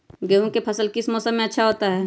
गेंहू का फसल किस मौसम में अच्छा होता है?